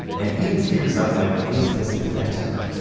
and even tears up when things just get to her.